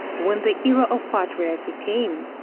when the era of patriarchy came,